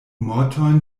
mortojn